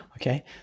okay